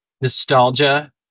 nostalgia